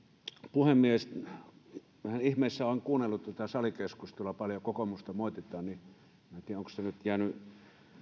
puhemies vähän ihmeissäni olen kuunnellut tätä salikeskustelua kun paljon kokoomusta moititaan minä en tiedä onko se nyt jäänyt